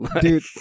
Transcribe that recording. dude